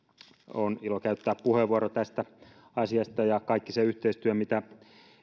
on ilo käyttää puheenvuoro tästä asiasta ja kaikki se yhteistyö mitä